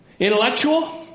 Intellectual